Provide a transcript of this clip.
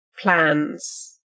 plans